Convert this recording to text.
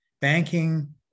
banking